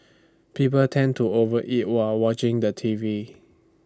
people tend to over eat while watching the T V